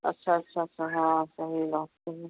अच्छा अच्छा अच्छा हाँ सही बात कही